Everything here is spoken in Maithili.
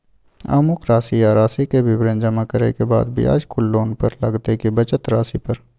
अमुक राशि आ राशि के विवरण जमा करै के बाद ब्याज कुल लोन पर लगतै की बचल राशि पर?